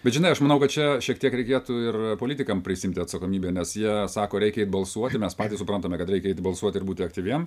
bet žinai aš manau kad čia šiek tiek reikėtų ir politikam prisiimti atsakomybę nes jie sako reikia eit balsuoti mes patys suprantame kad reikia eiti balsuoti ir būti aktyviem